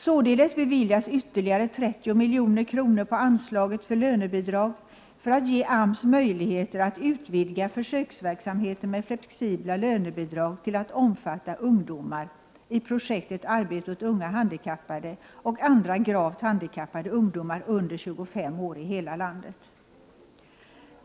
Således beviljas ytterligare 30 milj.kr. på anslaget för lönebidrag för att ge AMS möjligheter att utvidga försöksverksamheten med flexibla lönebidrag till att omfatta ungdomar i projektet Arbete åt unga handikappade och andra gravt handikappade ungdomar under 25 år i hela landet.